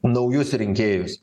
naujus rinkėjus